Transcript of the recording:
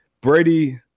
Brady